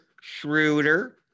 Schroeder